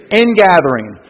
ingathering